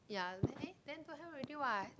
ya then eh then don't have already what